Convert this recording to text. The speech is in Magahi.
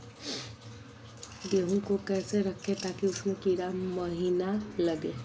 गेंहू को कैसे रखे ताकि उसमे कीड़ा महिना लगे?